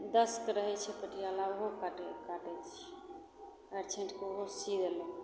दसके रहय छै पटियाला उहो काटय छियै काटि छाँटिके उहो सी देलहुँ